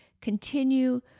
continue